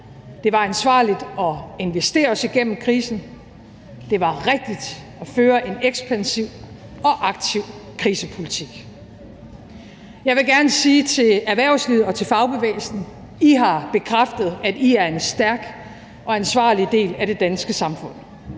det var ansvarligt at investere os igennem krisen, og det var rigtigt at føre en ekspansiv og aktiv krisepolitik. Kl. 12:14 Jeg vil gerne sige til erhvervslivet og til fagbevægelsen: I har bekræftet, at I er en stærk og ansvarlig del af det danske samfund.